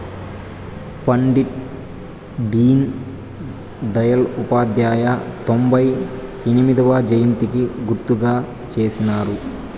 పండిట్ డీన్ దయల్ ఉపాధ్యాయ తొంభై ఎనిమొదవ జయంతికి గుర్తుగా చేసినారు